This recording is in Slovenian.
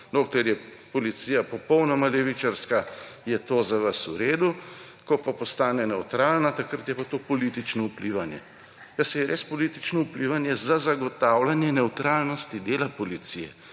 Dokler je policija popolnoma levičarska, je to za vas v redu, ko pa postane nevtralna, takrat je pa to politično vplivanje. Ja, saj je res politično vplivanje za zagotavljanje nevtralnosti dela policije.